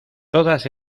todas